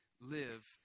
live